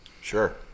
Sure